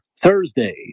Thursday